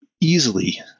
easily